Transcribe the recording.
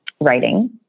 writing